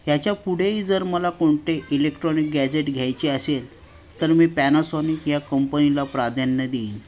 याच्या पुढेही जर मला कोणते इलेक्ट्रॉनिक गॅजेट घ्यायचे असेल तर मी पॅनासॉनिक या कंपनीला प्राधान्य देईन